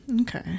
Okay